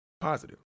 positive